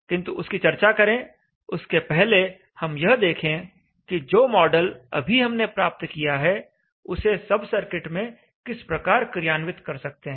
किंतु उसकी चर्चा करें उसके पहले हम यह देखें कि जो मॉडल अभी हमने प्राप्त किया है उसे सब सर्किट में किस प्रकार क्रियान्वित कर सकते हैं